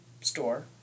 store